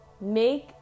make